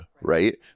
Right